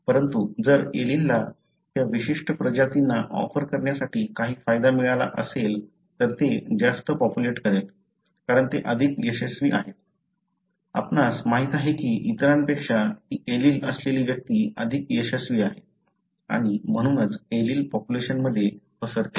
परंतु जर एलीलला त्या विशिष्ट प्रजातींना ऑफर करण्यासाठी काही फायदा मिळाला असेल तर ते जास्त पॉप्यूलेट करेल कारण ते अधिक यशस्वी आहेत आपणास माहित आहे की इतरांपेक्षा ती एलील असलेली व्यक्ती अधिक यशस्वी आहे आणि म्हणूनच एलील पॉप्युलेशनमध्ये पसरते